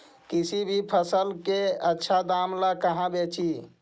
किसी भी फसल के आछा दाम ला कहा बेची?